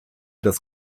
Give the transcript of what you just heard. das